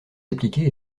appliqués